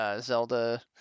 Zelda